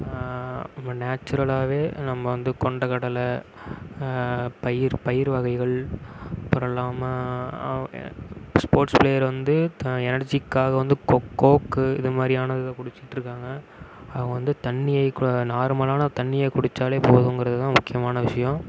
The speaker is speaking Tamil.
நம்ம நேச்சுரலாகவே நம்ம வந்து கொண்டக்கடலை பயிறு பயிறு பயிறு வகைகள் அப்புறம் இல்லாமல் ஸ்போர்ட்ஸ் பிளேயர் வந்து த எனர்ஜிக்காக வந்து கொக்கோ கோக்கு இது மாதிரியான இதை குடித்துட்டு இருக்காங்க அவங்க வந்து தண்ணியை நார்மலான தண்ணியை குடித்தாலே போதுங்கிறதுதான் முக்கியமான விஷயம்